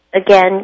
again